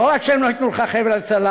לא רק שהם לא ייתנו לך חבל הצלה,